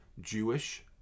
jewish